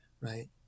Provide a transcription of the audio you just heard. right